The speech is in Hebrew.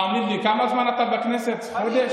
תאמין לי, כמה זמן אתה בכנסת, חודש?